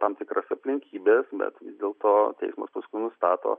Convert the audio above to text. tam tikras aplinkybės bet vis dėl to teismas paskui nustato